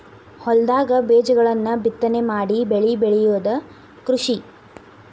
ಹೊಲದಾಗ ಬೇಜಗಳನ್ನ ಬಿತ್ತನೆ ಮಾಡಿ ಬೆಳಿ ಬೆಳಿಯುದ ಕೃಷಿ